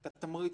אני נמצא